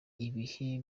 ibihe